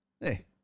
Hey